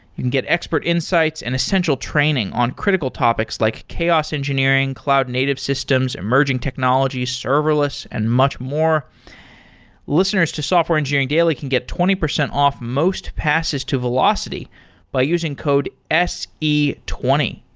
you can get expert insights and essential training on critical topics, like chaos engineering, cloud native systems, emerging technologies, serverless and much more listeners to software engineering daily can get twenty percent off most passes to velocity by using code s e two